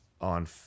on